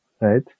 right